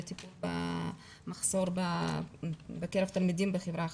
עקב המחסור בקרב תלמידים בחברה החרדית.